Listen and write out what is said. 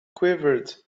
quivered